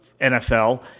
NFL